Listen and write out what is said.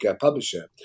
publisher